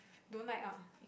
don't like uh